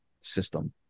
system